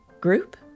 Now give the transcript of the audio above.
Group